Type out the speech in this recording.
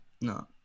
No